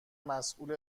مسئول